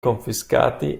confiscati